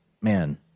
man